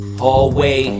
hallway